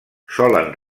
solen